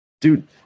Dude